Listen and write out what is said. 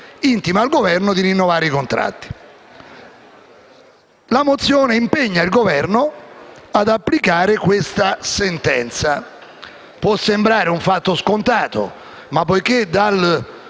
intima al Governo di rinnovare i contratti. La mozione che illustro impegna il Governo ad applicare questa sentenza: può sembrare un fatto scontato, ma dall'estate